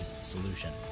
Solution